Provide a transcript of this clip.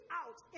out